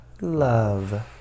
love